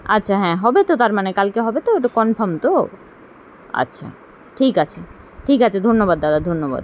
আচ্ছা হ্যাঁ হবে তো তার মানে কালকে হবে তো ওটা কনফার্ম তো আচ্ছা ঠিক আছে ঠিক আছে ধন্যবাদ দাদা ধন্যবাদ